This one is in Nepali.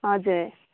हजुर